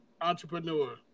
entrepreneur